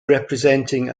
representing